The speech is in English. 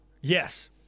Yes